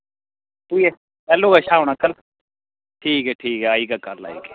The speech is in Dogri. कि'यां कैह्लू कशा औना कल ठीक ऐ ठीक आई जाह्गा कल आई जाह्गे